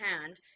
hand